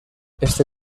este